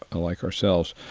ah like ourselves,